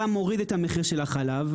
אתה מוריד את המחיר של החלב,